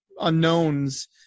unknowns